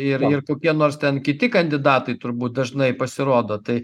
ir ir kokie nors ten kiti kandidatai turbūt dažnai pasirodo tai